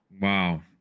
Wow